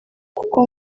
kuko